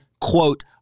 quote